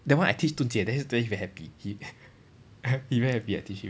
that one I teach dun jie then he then he very happy he he very happy I teach him